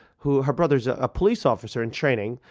who, her brother's a police officer in training.